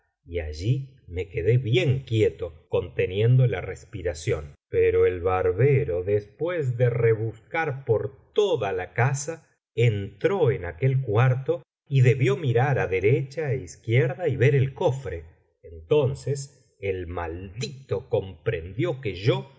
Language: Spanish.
y allí me quedé bien quieto conteniendo la respiración pero el barbero después de rebuscar por toda la casa entró en aquel cuarto y debió mirar a derecha ó izquierda y ver el corre entonces el maldito comprendió que yo